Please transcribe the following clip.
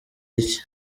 icyi